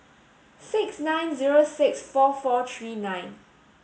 six nine zero six four four three nine